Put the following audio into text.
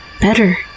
Better